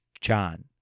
John